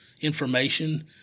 information